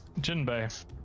Jinbei